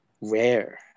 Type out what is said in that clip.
rare